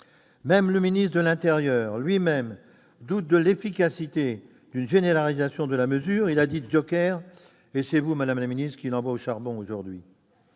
Le ministre de l'intérieur lui-même doute de l'efficacité d'une généralisation de cette mesure. Il a dit « joker », et c'est vous, madame la ministre, qu'il envoie au charbon aujourd'hui